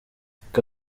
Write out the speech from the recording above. reka